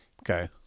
Okay